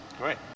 great